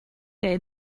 day